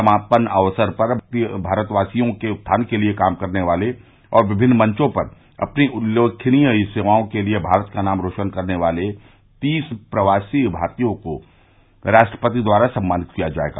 समापन अवसर पर भारतवासियों के उत्थान के लिये काम करने वाले और विभिन्न मंचों पर अपनी उल्लेखनीय सेवाओं के लिये भारत का नाम रौशन करने वाले तीस प्रवासी भारतीयों को राष्ट्रपति द्वारा सम्मानित किया जायेगा